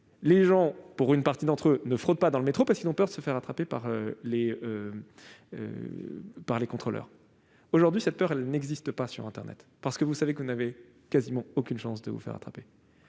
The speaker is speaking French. Si, pour une partie d'entre eux, ils ne fraudent pas dans le métro, c'est parce qu'ils ont peur de se faire attraper par les contrôleurs. Aujourd'hui, cette peur n'existe pas sur internet : vous savez que vous n'avez quasiment aucun risque de vous faire attraper.